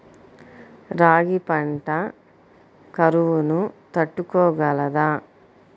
రాగి పంట కరువును తట్టుకోగలదా?